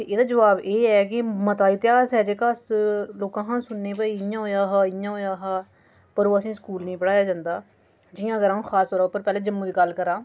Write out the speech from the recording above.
ते एह्दा जवाब एह् ऐ कि मता इतिहास ऐ जेह्का अस लोकां हा सुनने भाई इ'यां होया हा इ'यां होया हा पर ओह् असें ई स्कूल निं पढ़ाया जंदा जि'यां अगर अ'ऊं खास तौरा पर अगर जम्मू दी गल्ल करांऽ